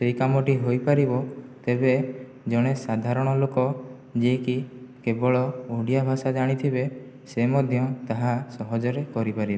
ସେଇ କାମଟି ହୋଇପାରିବ ତେବେ ଜଣେ ସାଧାରଣ ଲୋକ ଯିଏକି କେବଳ ଓଡ଼ିଆ ଭାଷା ଜାଣିଥିବେ ସେ ମଧ୍ୟ ତାହା ସହଜରେ କରିପାରିବେ